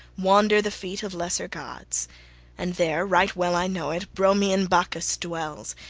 wander the feet of lesser gods and there, right well i know it, bromian bacchus dwells,